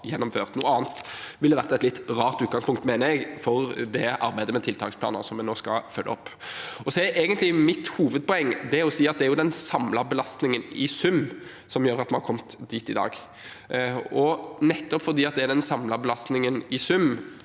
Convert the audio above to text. har gjennomført. Noe annet ville vært et litt rart utgangspunkt, mener jeg, for det arbeidet med tiltaksplaner som vi nå skal følge opp. Så er egentlig mitt hovedpoeng å si at det er den samlede belastningen i sum som gjør at vi har kommet dit i dag, og nettopp fordi det er den samlede belastningen i sum,